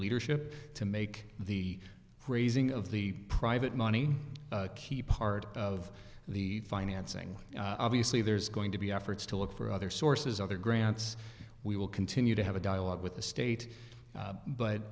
leadership to make the phrasing of the private money key part of the financing obviously there's going to be efforts to look for other sources other grants we will continue to have a dialogue with the state